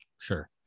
Sure